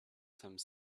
some